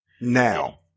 now